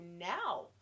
now